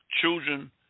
Children